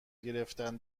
گرفتن